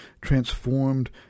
transformed